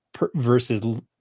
versus